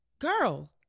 girl